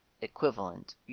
equivalent